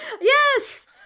yes